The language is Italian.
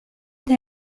the